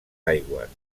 aigües